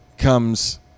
Comes